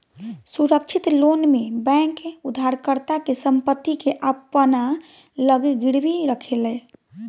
सुरक्षित लोन में बैंक उधारकर्ता के संपत्ति के अपना लगे गिरवी रखेले